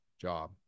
job